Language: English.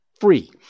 free